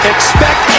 Expect